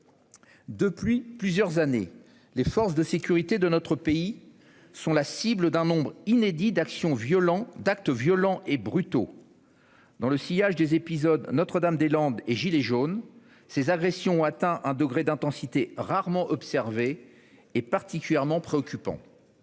Depuis plusieurs années, les forces de sécurité de notre pays sont la cible d'un nombre inédit d'actes violents et brutaux. Dans le sillage des épisodes Notre-Dame-des-Landes et « gilets jaunes », ces agressions ont atteint un degré d'intensité rarement observé et particulièrement préoccupant.